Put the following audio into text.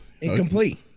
incomplete